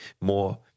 more